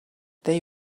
they